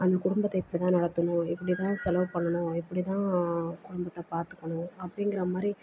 அந்த குடும்பத்தை இப்படி தான் நடத்தணும் இப்படி தான் செலவு பண்ணணும் இப்படி தான் குடும்பத்தை பார்த்துக்கணும் அப்படிங்குற மாதிரி